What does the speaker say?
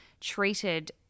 treated